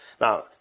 Now